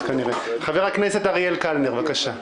קלנר, בבקשה.